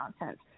nonsense